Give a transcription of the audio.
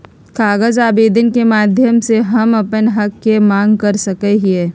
कागज आवेदन के माध्यम से हम अपन हक के मांग कर सकय हियय